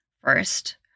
First